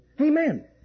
Amen